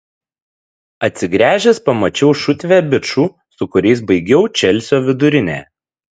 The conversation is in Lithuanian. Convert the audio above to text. atsigręžęs pamačiau šutvę bičų su kuriais baigiau čelsio vidurinę